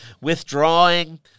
withdrawing